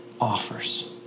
offers